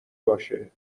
باشه